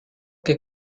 que